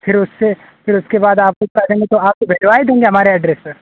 फिर उससे फिर उसके बाद आपको कहे देंगे तो आप तो भिजवा ही देंगे हमारे एड्रेस पर